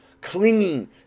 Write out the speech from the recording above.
clinging